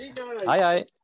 hi